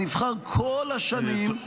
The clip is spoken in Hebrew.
נבחר כל השנים,